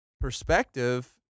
perspective